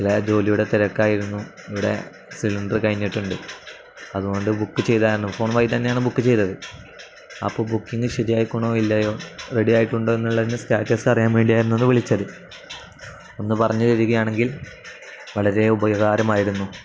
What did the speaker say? ചില ജോലിയുടെ തിരക്കായിരുന്നു ഇവിടെ സിലിണ്ടർ കഴിഞ്ഞിട്ടുണ്ട് അതുകൊണ്ട് ബുക്ക് ചെയ്തായിരുന്നു ഫോൺ വഴി തന്നെയാണ് ബുക്ക് ചെയ്തത് അപ്പോൾ ബുക്കിംഗ് ശരിയായിക്കാണുമോ ഇല്ലയോ റെഡി ആയിട്ടുണ്ടോ എന്നുള്ളതിന് സ്റ്റാറ്റസ് അറിയാൻ വേണ്ടിയായിരുന്നു അത് വിളിച്ചത് ഒന്ന് പറഞ്ഞു തരികയാണെങ്കിൽ വളരെ ഉപകാരമായിരുന്നു